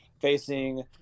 facing